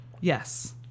yes